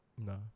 no